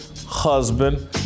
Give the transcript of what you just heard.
husband